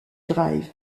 drive